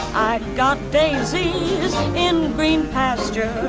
i got daisy in green pasture.